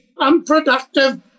unproductive